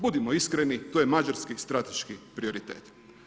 Budimo iskreni, to je mađarski strateški prioritet.